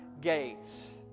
gates